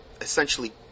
essentially